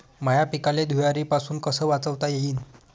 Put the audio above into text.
माह्या पिकाले धुयारीपासुन कस वाचवता येईन?